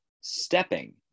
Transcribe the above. stepping